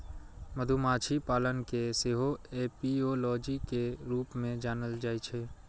मधुमाछी पालन कें सेहो एपियोलॉजी के रूप मे जानल जाइ छै